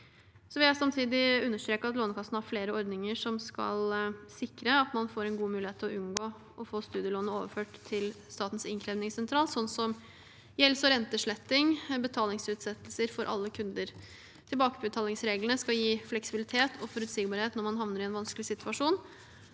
Jeg vil samtidig understreke at Lånekassen har flere ordninger som skal sikre at man får en god mulighet til å unngå å få studielånet overført til Statens innkrevingssentral, slik som gjelds- og rentesletting og betalingsutsettelse for alle kunder. Tilbakebetalingsreglene skal gi fleksibilitet og forutsigbarhet når man havner i en vanskelig situasjon.